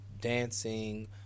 dancing